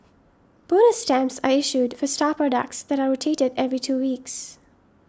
bonus stamps are issued for star products that are rotated every two weeks